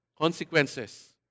consequences